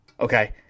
Okay